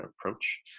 approach